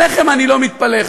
עליכם אני לא מתפלא,